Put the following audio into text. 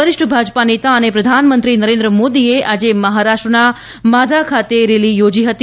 વરિષ્ઠ ભાજપા નેતા અને પ્રધાનમંત્રી નરેન્દ્ર મોદીએ આજે મહારાષ્ટ્રના માધા ખાતે રેલી યોજી હતી